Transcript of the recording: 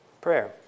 Prayer